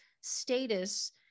status